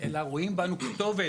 אלא כי רואים בנו כתובת